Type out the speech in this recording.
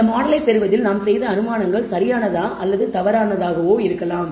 இந்த மாடலை பெறுவதில் நாம் செய்த அனுமானங்கள் சரியானதாக அல்லது தவறாக இருக்கலாம்